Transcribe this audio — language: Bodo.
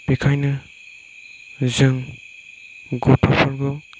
बेखायनो जों गथ'फोरखौ